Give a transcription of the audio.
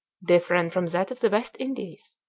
different from that of the west indies,